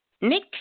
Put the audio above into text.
Nick